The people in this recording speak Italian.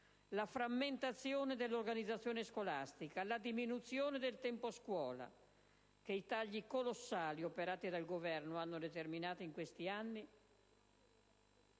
la frammentazione dell'organizzazione scolastica, la diminuzione del tempo-scuola, che i tagli colossali operati dal Governo hanno determinato in questi anni,